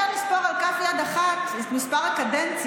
לדעתי אפשר לספור על כף יד אחת את מספר הקדנציות